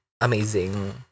amazing